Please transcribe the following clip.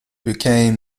became